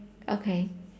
okay